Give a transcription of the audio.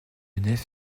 nef